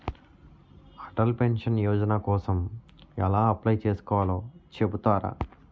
Atal pension Yojana కోసం ఎలా apply చేసుకోవాలో చెపుతారా?